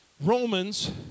Romans